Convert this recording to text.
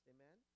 Amen